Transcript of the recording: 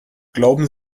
glauben